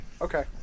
Okay